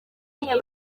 rimwe